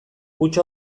kutxa